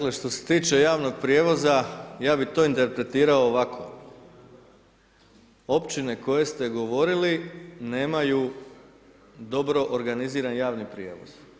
Dakle, što se tiče javnog prijevoza, ja bih to interpretirao ovako: općine koje ste govorili nemaju dobro organiziran javni prijevoz.